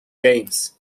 games